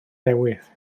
newydd